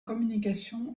communication